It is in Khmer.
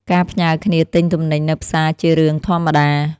ការផ្ញើគ្នាទិញទំនិញនៅផ្សារជារឿងធម្មតា។